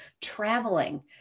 Traveling